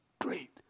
great